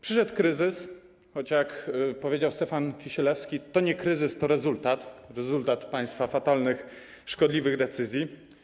Przyszedł kryzys, choć, jak powiedział Stefan Kisielewski, to nie kryzys, to rezultat, rezultat państwa fatalnych, szkodliwych decyzji.